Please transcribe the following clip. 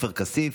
עופר כסיף